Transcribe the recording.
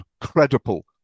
credible